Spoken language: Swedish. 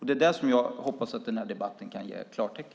Det är vad jag hoppas att den här debatten kan klargöra.